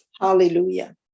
Hallelujah